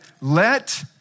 let